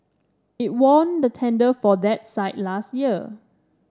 it won the tender for that site last year